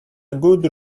good